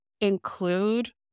include